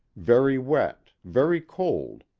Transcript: very wet, very cold,